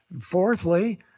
Fourthly